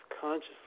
consciously